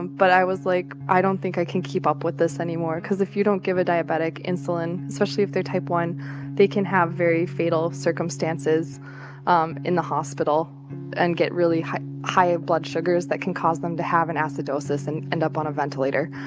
but i was like, i don't think i can keep up with this anymore because if you don't give a diabetic insulin especially if they're type one they can have very fatal circumstances um in the hospital and get really high high ah blood sugars that can cause them to have an acidosis and end up on a ventilator.